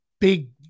big